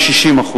ל-60%.